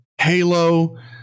Halo